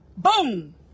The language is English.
Boom